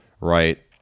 right